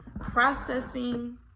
Processing